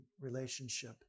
relationship